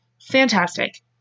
Fantastic